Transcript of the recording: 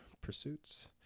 pursuits